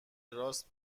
راست